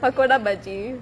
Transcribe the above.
பக்கோடா பஜ்ஜி:pakkoda bajji